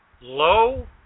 low